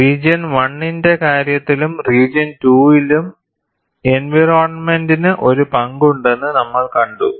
region one ന്റെ കാര്യത്തിലും region 2 ലും എൻവയറോണ്മെന്റിനു ഒരു പങ്കുണ്ടെന്ന് നമ്മൾ കണ്ടു